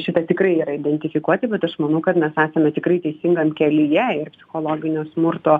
šitą tikrai yra identifikuoti bet aš manau kad mes esame tikrai teisingam kelyje ir psichologinio smurto